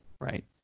Right